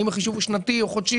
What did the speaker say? האם החישוב הוא שנתי או חודשי,